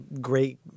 great